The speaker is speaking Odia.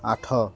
ଆଠ